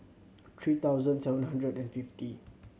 three thousand seven hundred and fifty